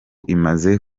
imaze